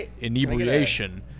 inebriation